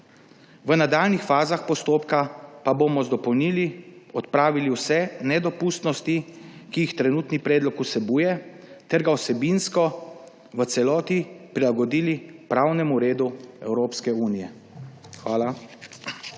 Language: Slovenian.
V nadaljnjih fazah postopka pa bomo dopolnili, odpravili vse nedopustnosti, ki jih trenutni predlog vsebuje, ter ga vsebinsko v celoti prilagodili pravnemu redu Evropske unije. Hvala.